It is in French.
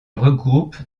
regroupe